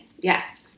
yes